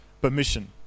permission